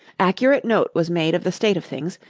accurate note was made of the state of things,